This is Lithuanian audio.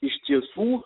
iš tiesų